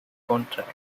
contract